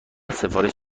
سفارش